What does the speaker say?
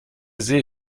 see